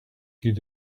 heed